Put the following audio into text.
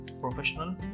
professional